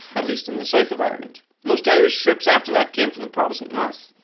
at least in the south of ireland. most irish troops after that came from the protestant north.